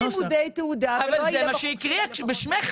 אין לימודי תעודה ולא יהיה בחוק -- אבל זה מה שהיא הקריאה בשמך.